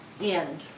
end